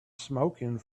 smoking